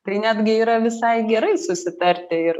tai netgi yra visai gerai susitarti ir